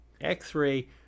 x-ray